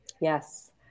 Yes